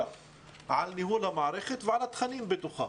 על ניהול המערכת ועל התכנים בתוכה,